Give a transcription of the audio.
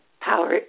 power